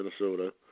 Minnesota